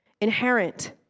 inherent